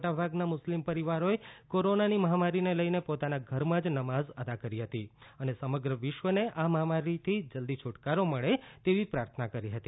મોટા ભાગના મુસ્લિમ પરિવારોએ કોરોનાની મહામારીને લઈ પોતાના ઘરમાં જ નમાઝ અદા કરી હતી અને સમગ્ર વિશ્વને આ મહામારીમાંથી જલ્દી છ્ટકારો મળે તેવી પ્રાર્થના કરી હતી